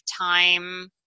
time